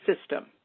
system